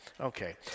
Okay